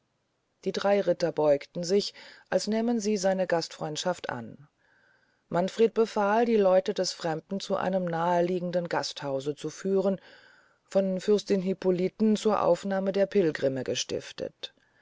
die drey ritter beugten sich als nähmen sie seine gastfreundschaft an manfred befahl die leute des fremden zu einem naheliegenden gasthause zu führen von fürstin hippoliten zur aufnahme der pilgrimme gestiftet